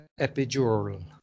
Epidural